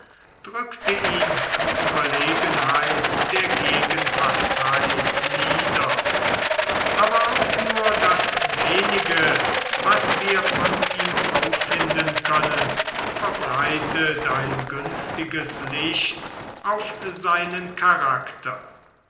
drückte ihn die ueberlegenheit der gegenpartei nieder aber auch nur das wenige was wir von ihm auffinden können verbreitet ein günstiges licht auf seinen charakter